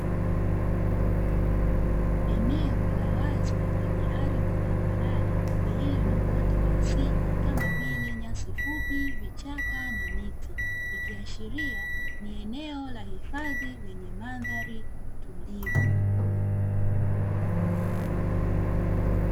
Eneo la wazi lenye ardhi tambarare lililo na uoto wa asili kama vile nyasi fupi, vichaka na miti; ikiashiria ni eneo la hifadhi lenye mandhari tulivu.